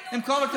הייתי שם כל הזמן,